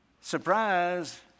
Surprise